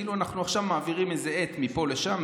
כאילו אנחנו עכשיו מעבירים איזה עט מפה לשם,